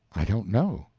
i don't know.